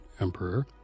emperor